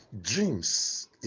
Dreams